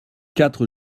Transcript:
quatre